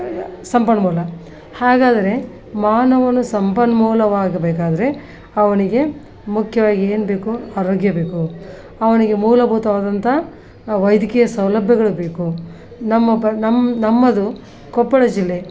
ಸಂಪನ್ಮೂಲ ಹಾಗಾದರೆ ಮಾನವನು ಸಂಪನ್ಮೂಲವಾಗಬೇಕಾದರೆ ಅವನಿಗೆ ಮುಖ್ಯವಾಗಿ ಏನು ಬೇಕು ಆರೋಗ್ಯ ಬೇಕು ಅವನಿಗೆ ಮೂಲಭೂತವಾದಂಥ ವೈದ್ಯಕೀಯ ಸೌಲಭ್ಯಗಳು ಬೇಕು ನಮ್ಮ ಪ ನಮ್ಮ ನಮ್ಮದು ಕೊಪ್ಪಳ ಜಿಲ್ಲೆ